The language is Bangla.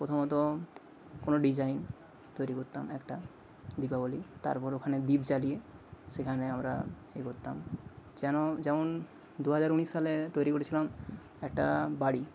প্রথমত কোনো ডিজাইন তৈরি করতাম একটা দীপাবলির তারপর ওখানে দীপ জ্বালিয়ে সেখানে আমরা এ করতাম যেন যেমন দুহাজার ঊনিশ সালে তৈরি করেছিলাম একটা বাড়ি